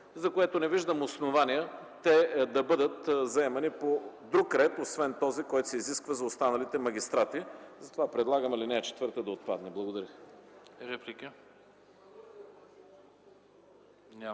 за което не виждам основание те да бъдат заемани по друг ред, освен този, който се изисква за останалите магистрати. Затова предлагам ал. 4 да отпадне. Благодаря.